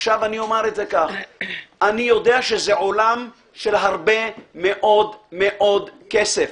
אני יודע שזה עולם של הרבה מאוד-מאוד כסף,